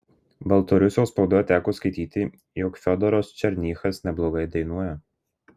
baltarusijos spaudoje teko skaityti jog fiodoras černychas neblogai dainuoja